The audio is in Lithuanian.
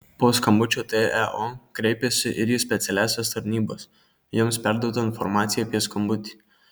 po skambučio teo kreipėsi ir į specialiąsias tarnybas joms perduota informacija apie skambutį